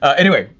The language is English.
anyway,